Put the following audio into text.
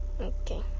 Okay